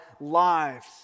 lives